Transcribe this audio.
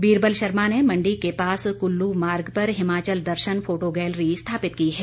बीरबल शर्मा ने मंडी के पास कुल्लू मार्ग पर हिमाचल दर्शन फोटो गैलरी स्थापित की है